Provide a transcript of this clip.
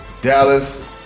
Dallas